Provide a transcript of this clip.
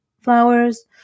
flowers